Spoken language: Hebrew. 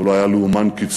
הוא לא היה לאומן קיצוני,